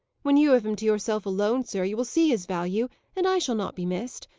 when you have him to yourself alone, sir, you will see his value and i shall not be missed.